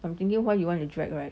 I'm thinking why you want to drag right